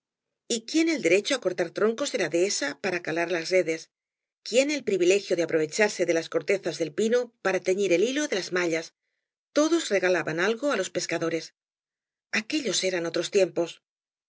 y quién el derecho cortar troncos de la dehesa para calar las redes quién el privilegio de aprovecharse de lar cortezas del pino para teñir el hilo de las mallas todos regalaban algo á los pescadores aquellos eran otros tiempos